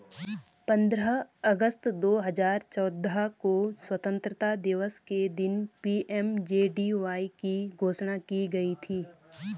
पंद्रह अगस्त दो हजार चौदह को स्वतंत्रता दिवस के दिन पी.एम.जे.डी.वाई की घोषणा की गई थी